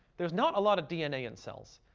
there's not a lot of dna in cells.